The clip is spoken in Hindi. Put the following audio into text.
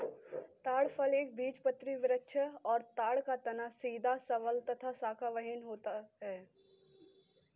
ताड़ फल एक बीजपत्री वृक्ष है और ताड़ का तना सीधा सबल तथा शाखाविहिन होता है